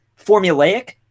formulaic